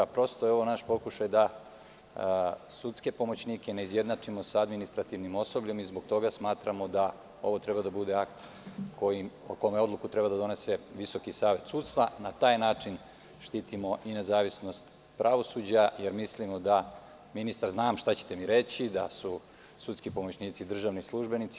Ovo je naš pokušaj da sudske pomoćnike ne izjednačimo sa administrativnim osobljem i zbog toga smatramo da ovo treba da bude akt o kome odluku treba da donese Visoki savet sudstva i na taj način štitimo nezavisnost pravosuđa jer mislimo da, ministre znam šta ćete mi reći, su sudski pomoćnici državni službenici.